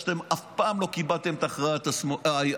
שאתם אף פעם לא קיבלתם את הכרעת הרוב.